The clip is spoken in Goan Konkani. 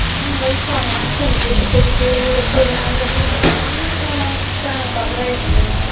सो म्हाका एक फोंड्या खंयची अशीं बरी देवूळ देवळां आसा तीं म्हाका गावपाक जाय आशिल्लीं